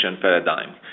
paradigm